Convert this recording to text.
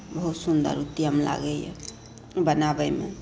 बहुत सुन्दर उद्यम लागैए बनाबैमे